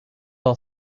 all